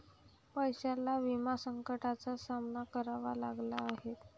देशाला विमा संकटाचा सामना करावा लागला आहे